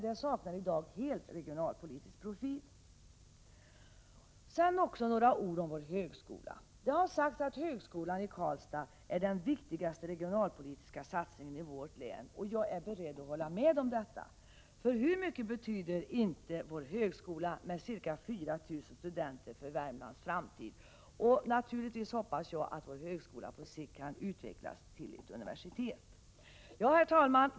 Detta saknar i dag helt regionalpolitisk profil. Några ord om vår högskola. Det har sagts att högskolan i Karlstad är den viktigaste regionalpolitiska satsningen i vårt län. Jag är beredd att hålla med om detta. Hur mycket betyder inte vår högskola med ca 4 000 studenter för Värmlands framtid! Naturligtvis hoppas jag att vår högskola på sikt kan utvecklas till ett universitet. Herr talman!